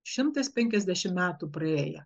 šimtas penkiasdešimt metų praėję